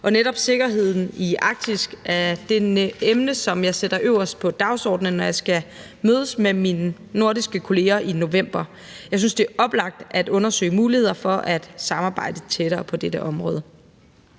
Og netop sikkerheden i Arktis er det emne, som jeg sætter øverst på dagsordenen, når jeg skal mødes med mine nordiske kolleger i november. Jeg synes, det er oplagt at undersøge muligheder for at samarbejde tættere på dette område.